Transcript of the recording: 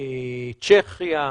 צ'כיה,